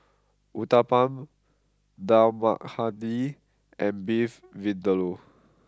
Uthapam Dal Makhani and Beef Vindaloo